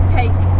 take